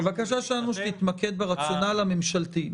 הבקשה שלנו שתתמקד ברציונל הממשלתי.